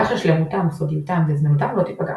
כך ששלמותם, סודיותם וזמינותם לא תפגע.